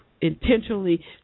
intentionally